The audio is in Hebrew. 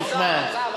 תשמע,